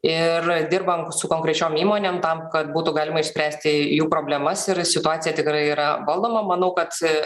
ir dirbam su konkrečiom įmonėm tam kad būtų galima išspręsti jų problemas ir situacija tikrai yra valdoma manau kad